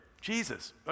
Jesus